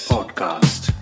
Podcast